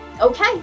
okay